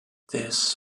this